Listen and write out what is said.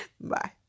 Bye